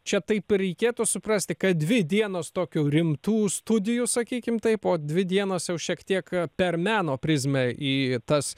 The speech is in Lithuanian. čia taip ir reikėtų suprasti kad dvi dienos tokių rimtų studijų sakykim taip o dvi dienos jau šiek tiek per meno prizmę į tas